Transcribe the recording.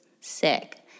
sick